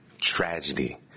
tragedy